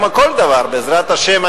כמו כל דבר בעזרת השם,